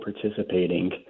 participating